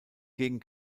gegen